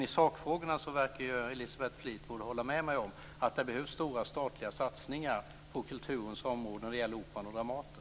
I sakfrågorna verkar Elisabeth Fleetwood hålla med mig om att det behövs stora statliga satsningar på kulturens område när det gäller Operan och Dramaten.